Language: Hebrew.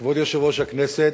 כבוד יושב-ראש הכנסת,